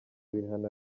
bihano